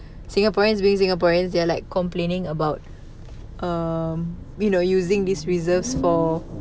singaporeans being singaporeans they are like complaining about um you know using this reserves for